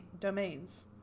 domains